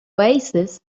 oasis